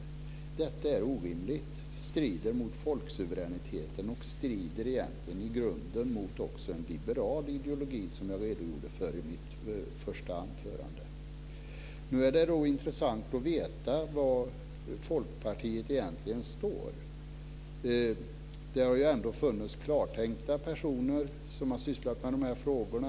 Detta är orimligt. De strider mot folksuveräniteten, och det strider egentligen i grunden också mot en liberal ideologi, som jag redogjorde för i mitt första anförande. Nu är det intressant att veta var Folkpartiet egentligen står. Det har ändå funnits klartänkta personer som har sysslat med dessa frågor.